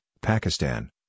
Pakistan